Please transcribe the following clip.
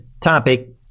topic